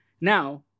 Now